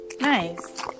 nice